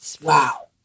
wow